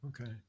Okay